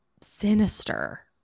sinister